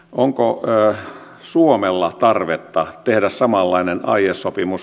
onko suomella tarvetta tehdä samanlainen aiesopimus